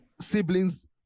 siblings